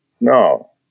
no